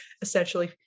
essentially